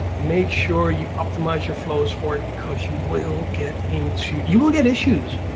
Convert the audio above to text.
make sure you optimize your flows for it, because you will get into, you will get issues